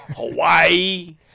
Hawaii